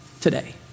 today